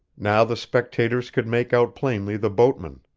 now the spectators could make out plainly the boatmen.